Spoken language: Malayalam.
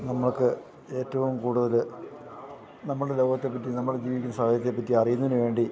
നമുക്ക് ഏറ്റവും കൂടുതല് നമ്മളുടെ ലോകത്തെപ്പറ്റി നമ്മള് ജീവിക്കുന്ന സാഹചര്യത്തെപ്പറ്റി അറിയുന്നതിനുവേണ്ടി